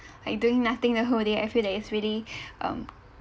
like doing nothing the whole day I feel that it's really um